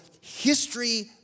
history